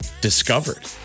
discovered